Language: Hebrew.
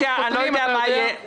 שר התחבורה והבטיחות בדרכים בצלאל